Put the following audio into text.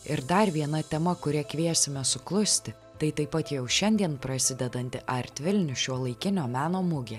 ir dar viena tema kurią kviesime suklusti tai taip pat jau šiandien prasidedanti art vilnius šiuolaikinio meno mugė